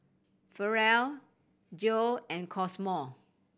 Farrell Geo and Cosmo